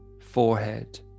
forehead